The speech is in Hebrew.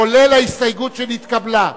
כולל ההסתייגות שנתקבלה.